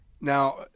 now